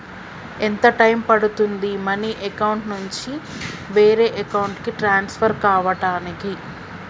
ఎంత టైం పడుతుంది money account నుంచి వేరే అకౌంట్ కి ట్రాన్స్ఫర్ కావటానికి?